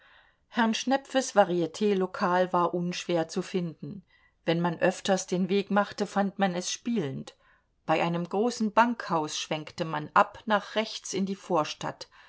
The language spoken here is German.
herrn schnepfes varietlokal war unschwer zu finden wenn man öfters den weg machte fand man es spielend bei einem großen bankhaus schwenkte man ab nach rechts in die vorstadt